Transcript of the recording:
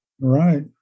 Right